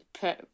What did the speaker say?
put